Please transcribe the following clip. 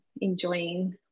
enjoying